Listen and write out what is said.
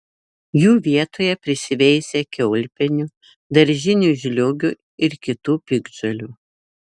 jų vietoje prisiveisia kiaulpienių daržinių žliūgių ir kitų piktžolių